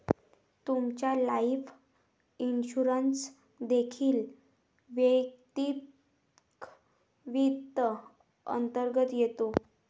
तुमचा life insurance देखील वैयक्तिक वित्त अंतर्गत येतो